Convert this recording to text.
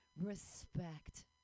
respect